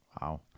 Wow